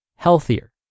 healthier